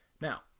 Now